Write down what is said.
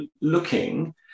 looking